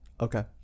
Okay